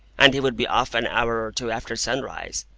and he would be off an hour or two after sunrise,